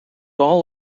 all